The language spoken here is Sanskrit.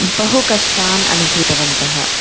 बहुकष्टान् अनुभूतवन्तः